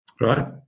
right